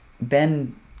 Ben